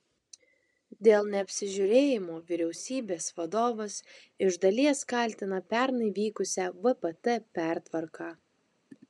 dėl neapsižiūrėjimo vyriausybės vadovas iš dalies kaltina pernai vykusią vpt pertvarką